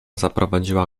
zaprowadziła